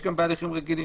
גם בהליכים רגילים.